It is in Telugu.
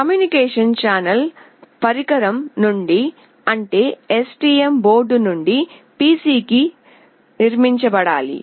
కమ్యూనికేషన్ ఛానెల్ పరికరం నుండి అంటే STM బోర్డు నుండి PC కి నిర్మించబడాలి